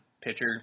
pitcher